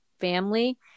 family